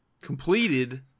completed